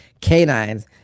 canine's